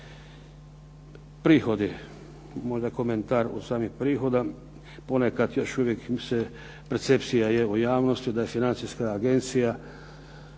Prihodi, možda komentar od samih prihoda. Ponekad još uvijek mislim percepcija je u javnosti da Financijska agencija,